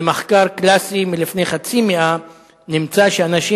במחקר קלאסי מלפני חצי מאה נמצא שאנשים